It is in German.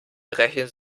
brechen